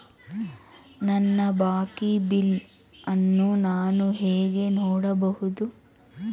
ನನ್ನ ಬಾಕಿ ಬಿಲ್ ಅನ್ನು ನಾನು ಹೇಗೆ ನೋಡಬಹುದು?